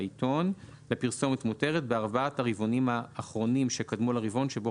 בעיתון לפרסומת מותרת בארבעת הרבעונים האחרונים שקדמו לרבעון שבו